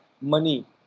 money